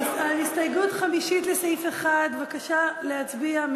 הסתייגות חמישית לסעיף 1, בבקשה להצביע.